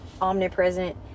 omnipresent